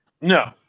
No